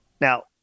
now